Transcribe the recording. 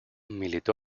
militó